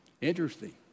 Interesting